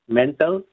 mental